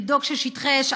לדאוג ששטחי אש,